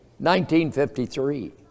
1953